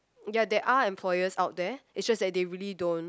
ya there are employers out there it's just that they really don't